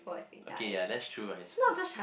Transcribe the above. okay ya that's true lah I suppose